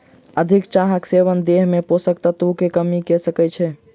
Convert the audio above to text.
अधिक चाहक सेवन देह में पोषक तत्व के कमी कय सकै छै